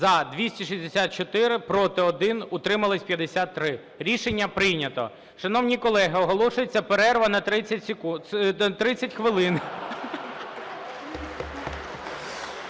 За-264 Проти – 1, утримались – 53. Рішення прийнято. Шановні колеги, оголошується перерва на 30… на